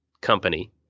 company